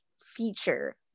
feature